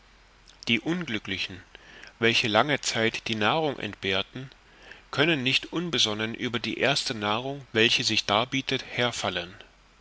die unglücklichen welche lange zeit die nahrung entbehrten können nicht unbesonnen über die erste nahrung welche sich darbietet herfallen